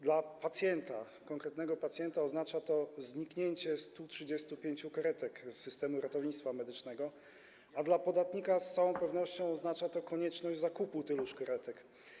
Dla pacjenta, konkretnego pacjenta, oznacza to zniknięcie 135 karetek z systemu ratownictwa medycznego, a dla podatnika z całą pewnością oznacza to konieczność zakupu tylu karetek.